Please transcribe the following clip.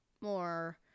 more